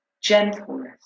gentleness